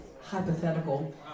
hypothetical